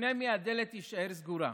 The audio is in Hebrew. ובפני מי הדלת תישאר סגורה?